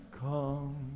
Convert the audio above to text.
come